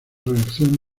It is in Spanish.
reacción